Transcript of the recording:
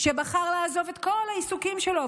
שבחר לעזוב את כל העיסוקים שלו,